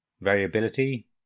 variability